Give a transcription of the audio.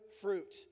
fruit